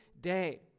day